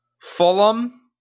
Fulham